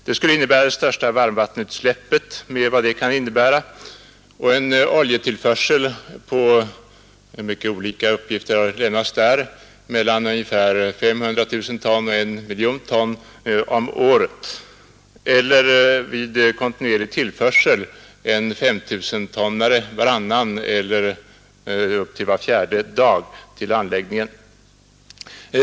Det skulle också innebära det största varmvattenutsläppet med vad det kan betyda för bottenfauna och fisk och en oljetillförsel på — det har lämnats mycket olika uppgifter på den punkten — mellan 500 000 och 1 miljon ton om året. Detta motsvarar vid kontinuerlig tillförsel en 5 000-tonnare varannan eller ner till var fjärde dag till anläggningen.